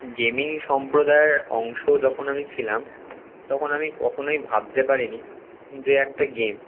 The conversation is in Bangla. গেমিং সম্প্রদায়ের অংশ যখন আমি ছিলাম তখন আমি কখনোই ভাবতে পারি নি যে একটা গেম